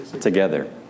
together